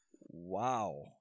wow